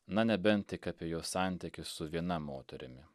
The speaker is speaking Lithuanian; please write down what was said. na nebent tik apie jo santykį su viena moterimi